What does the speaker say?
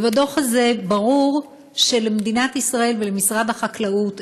ובדוח הזה ברור שלמדינת ישראל ולמשרד החקלאות